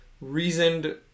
reasoned